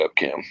webcam